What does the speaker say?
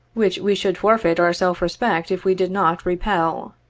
which we should forfeit our self-respect if we did not repel.